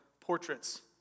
portraits